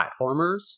platformers